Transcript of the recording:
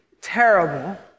terrible